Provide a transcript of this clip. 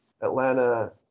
Atlanta